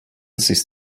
sis